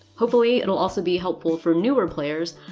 hopefully it'll also be helpful for newer players.